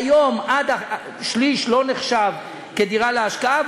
היום שליש לא נחשב כדירה להשקעה,